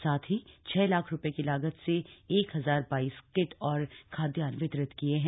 साथ ही छह लाख रुपये की लागत से एक हजार बाइस किट और खाद्यान्न वितरित किये हैं